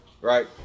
right